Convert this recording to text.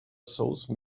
those